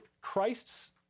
Christ's